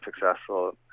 successful